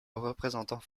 représentant